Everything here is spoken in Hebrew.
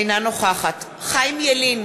אינה נוכחת חיים ילין,